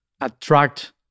attract